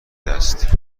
است